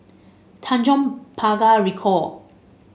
Tanjong Pagar Ricoh